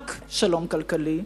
רק שלום כלכלי.